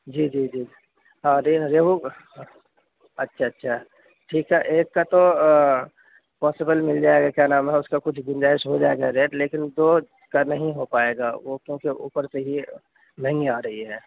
جی جی جی ہاں ریہو اچھا اچھا ٹھیک ہے ایک كا تو آ پاسیبل مِل جائے گا كیا نام ہے اُس كا گنجائش ہوجائے گا ریٹ لیکن دو کا نہیں ہو پائے گا وہ کیوںکہ اوپر سے ہی نہیں آرہی ہے